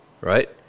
right